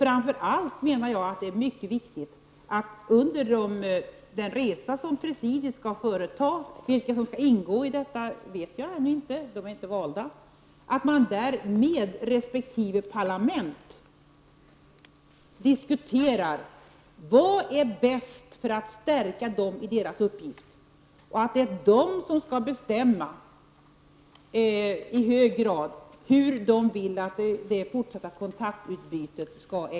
Jag anser att det framför allt är mycket viktigt att presidiet under den resa som skall företas — vilka som skall delta i resan är ännu inte beslutat — med resp. parlament diskuterar vilka åtgärder som är bäst ägnade att stärka parlamentarikerna i deras uppgift. Det är de själva som i hög grad skall bestämma formerna för de fortsatta kontakterna.